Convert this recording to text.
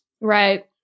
Right